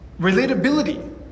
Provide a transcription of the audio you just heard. relatability